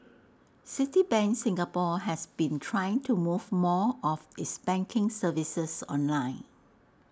Citibank Singapore has been trying to move more of its banking services online